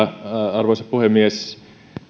arvoisa puhemies